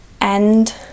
end